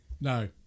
No